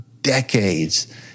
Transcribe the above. decades